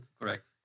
Correct